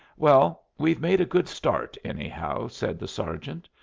well, we've made a good start, anyhow, said the sergeant.